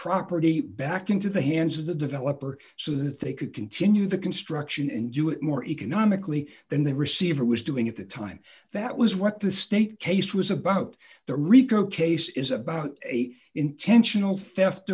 property back into the hands of the developer so that they could continue the construction and do it more economically than the receiver was doing at the time that was what the state case was about the rico case is about a intentional theft